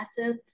massive